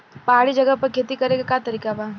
पहाड़ी जगह पर खेती करे के का तरीका बा?